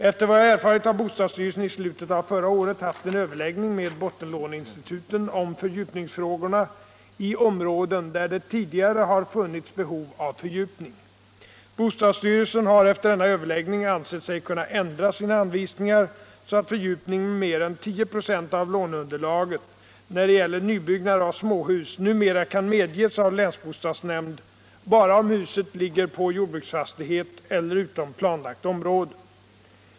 Efter vad jag har erfarit har bostadsstyrelsen i slutet av förra året haft en överläggning med bottenlåneinstituten om fördjupningsfrågorna i områden där det tidigare har funnits behov av fördjupning. Bostadsstyrelsen har efter denna överläggning ansett sig kunna ändra sina anvisningar så att fördjupning med mer än 10 96 av låneunderlaget när det gäller nybyggnad av småhus numera kan medges av länsbostadsnämnd bara om huset ligger på jordbruksfastighet eller utom planlagt område.